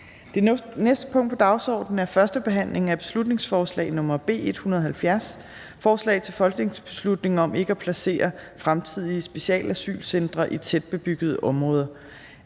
Det næste punkt på dagsordenen er: 5) 1. behandling af beslutningsforslag nr. B 170: Forslag til folketingsbeslutning om ikke at placere fremtidige specialasylcentre i tætbebyggede områder.